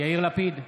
יאיר לפיד,